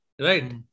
right